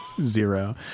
Zero